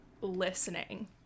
listening